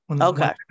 Okay